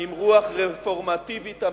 עם רוח רפורמטיבית אמיתית.